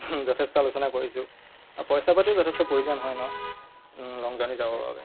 যথেষ্ট আলোচনা কৰিছোঁ পইচা পাতিও যথেষ্ট প্ৰয়োজন হয় ন লং জাৰ্ণি যাবৰ বাবে